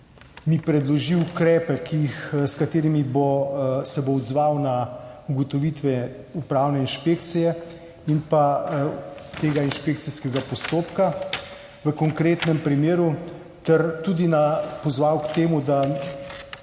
mi predloži ukrepe, s katerimi se bo odzval na ugotovitve upravne inšpekcije in tega inšpekcijskega postopka v konkretnem primeru, ter tudi pozval k temu, da